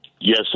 Yes